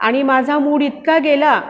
आणि माझा मूड इतका गेला